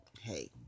hey